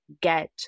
get